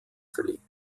verlegt